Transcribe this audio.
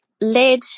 lead